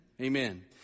amen